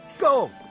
Go